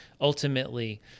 ultimately